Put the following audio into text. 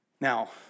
Now